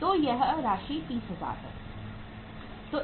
तो यह राशि रु 30000 है